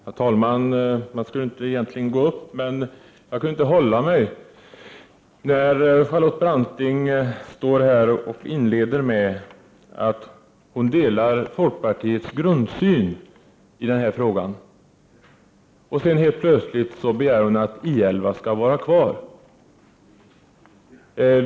Herr talman! Jag tänkte egentligen inte gå upp mer i talarstolen, men jag kunde inte hålla mig när jag hörde Charlotte Branting inleda sitt anförande med att säga att hon delar folkpartiets grundsyn i den här frågan. Sedan begärde hon helt plötsligt att I 11 skall få vara kvar.